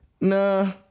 nah